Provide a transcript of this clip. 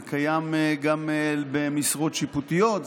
זה קיים גם במשרות שיפוטיות,